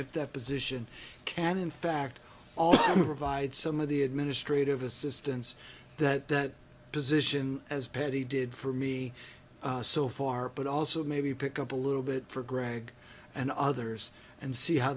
if that position can in fact all provide some of the administrative assistance that position as patty did for me so far but also maybe pick up a little bit for greg and others and see how